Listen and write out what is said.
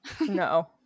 no